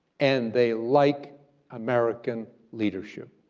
and they like american leadership.